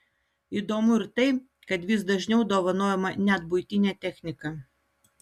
įdomu ir tai kad vis dažniau dovanojama net buitinė technika